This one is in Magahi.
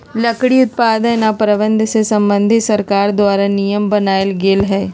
लकड़ी उत्पादन आऽ प्रबंधन से संबंधित सरकार द्वारा नियम बनाएल गेल हइ